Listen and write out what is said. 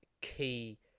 key